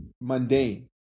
mundane